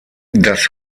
das